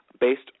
based